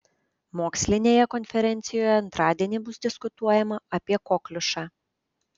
mokslinėje konferencijoje antradienį bus diskutuojama apie kokliušą